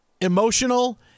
emotional